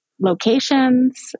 locations